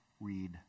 read